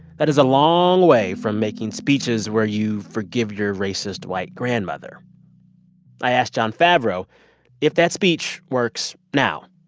that is a long way from making speeches where you forgive your racist white grandmother i asked jon favreau if that speech works now.